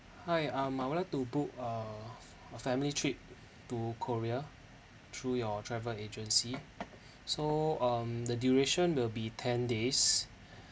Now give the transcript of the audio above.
hi um I would like to book uh a family trip to korea through your travel agency so um the duration will be ten days